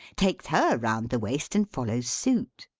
takes her round the waist, and follows suit.